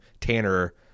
Tanner